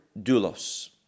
doulos